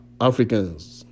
Africans